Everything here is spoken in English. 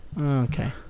Okay